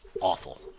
awful